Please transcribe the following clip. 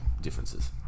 differences